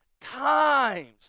times